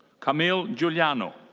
camille giuliano.